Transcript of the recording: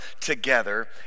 together